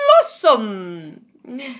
Blossom